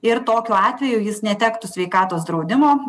ir tokiu atveju jis netektų sveikatos draudimo